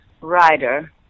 rider